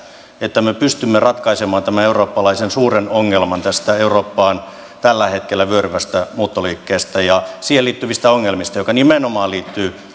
että me pystymme ratkaisemaan tämän eurooppalaisen suuren ongelman tästä eurooppaan tällä hetkellä vyöryvästä muuttoliikkeestä ja siihen liittyvistä ongelmista jotka nimenomaan liittyvät